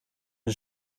een